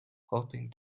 hoping